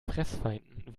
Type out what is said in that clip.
fressfeinden